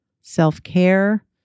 self-care